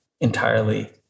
entirely